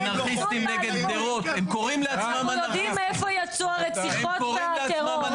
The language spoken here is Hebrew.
אנחנו יודעים מאיפה יצאו הרציחות והטרור,